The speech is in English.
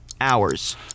Hours